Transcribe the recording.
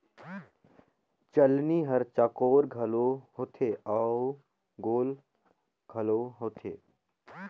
चलनी हर चउकोर घलो होथे अउ गोल घलो होथे